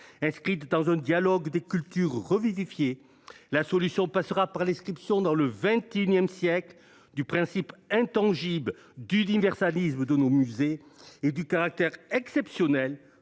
inscrite dans un dialogue des cultures revivifié, la solution passera par l’inscription dans le XXI siècle du principe intangible d’universalisme de nos musées et du caractère exceptionnel